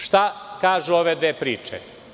Šta kažu ove dve priče?